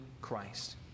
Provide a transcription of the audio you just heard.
Christ